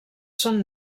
són